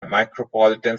micropolitan